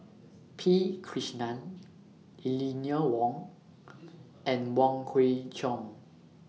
P Krishnan Eleanor Wong and Wong Kwei Cheong